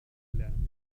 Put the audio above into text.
lernen